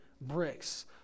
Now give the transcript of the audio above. bricks